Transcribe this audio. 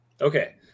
Okay